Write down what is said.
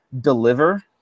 deliver